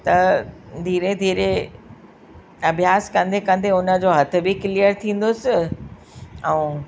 त धीरे धीरे अभ्यासु कंदे कंदे उन जो हथ बि क्लियर थींदुसि ऐं